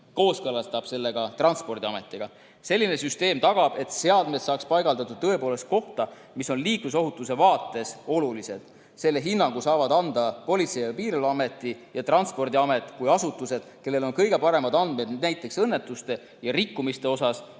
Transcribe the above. kooskõlastab selle ka Transpordiametiga. Selline süsteem tagab, et seadmed saaksid paigaldatud tõepoolest kohtadesse, mis on liiklusohutuse vaates olulised. Selle hinnangu saavad anda Politsei- ja Piirivalveamet ning Transpordiamet kui asutused, kellel on kõige paremad andmed näiteks õnnetuste ja rikkumiste kohta,